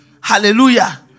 hallelujah